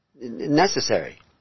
necessary